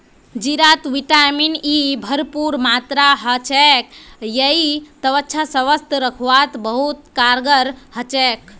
जीरात vitamin E भरपूर मात्रात ह छेक यई त्वचाक स्वस्थ रखवात बहुत कारगर ह छेक